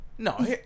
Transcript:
No